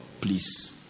please